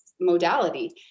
modality